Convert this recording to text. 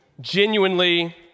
genuinely